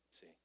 see